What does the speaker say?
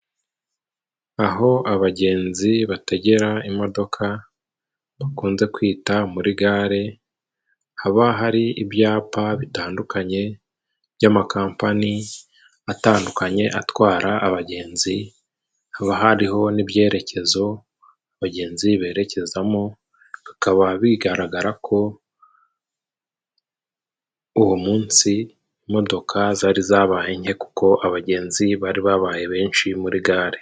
Aho abagenzi bategera imodoka，bakunze kwita muri gare， haba hari ibyapa bitandukanye by'amakampani，atandukanye atwara abagenzi，hakaba hariho n'ibyerekezo abagenzi berekezamo， bikaba bigaragara ko uwo munsi imodoka zari zabaye nke， kuko abagenzi bari babaye benshi muri gare.